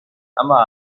اما